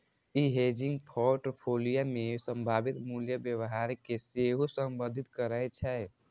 ई hedging portfolio मे संभावित मूल्य व्यवहार कें सेहो संबोधित करै छै